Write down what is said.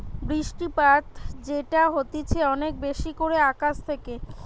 বৃষ্টিপাত যেটা হতিছে অনেক বেশি করে আকাশ থেকে